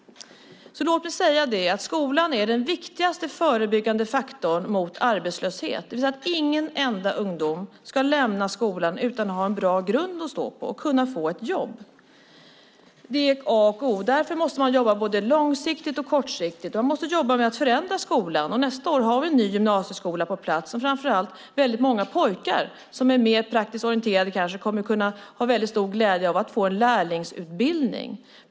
Skolan är den viktigaste förebyggande faktorn mot arbetslöshet. Ingen enda ungdom ska lämna skolan utan att ha en bra grund att stå på för att kunna få ett jobb. Det är a och o. Därför måste man jobba både långsiktigt och kortsiktigt. Man måste jobba på att förändra skolan. Nästa år har vi en ny gymnasieskola på plats. Framför allt många pojkar, som kanske är mer praktiskt orienterade, kommer att ha stor glädje av att få en lärlingsutbildning.